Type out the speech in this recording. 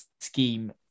scheme